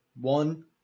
one